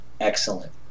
excellent